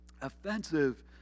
offensive